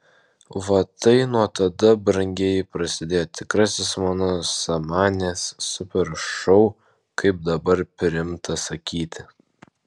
va tai nuo tada brangieji prasidėjo tikrasis mano samanės super šou kaip dabar priimta sakyti